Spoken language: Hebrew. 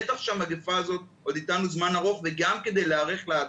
בטח שהמגיפה הזאת עוד איתנו זמן ארוך וגם כדי להיערך לעתיד,